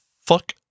fuck